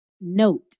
Note